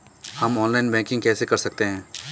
हम online banking कैसे कर सकते हैं?